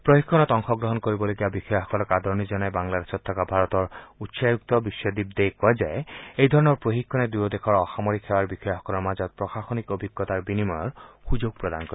প্ৰশিক্ষণত অংশগ্ৰহণ কৰিবলগীয়া বিষয়াসকলক আদৰণি জনাই বাংলাদেশত থকা ভাৰতৰ কাৰ্যৰত উচ্চায়ুক্ত বিশ্বদ্বীপ দে কয় যে এইধৰণৰ প্ৰশিক্ষণে দূয়ো দেশৰ অসামৰিক সেৱাৰ বিষয়াসকলৰ মাজত প্ৰশাসনিক অভিজ্ঞতাৰ বিনিময় কৰাৰ সুযোগ প্ৰদান কৰিব